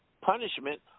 punishment